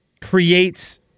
creates